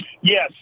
Yes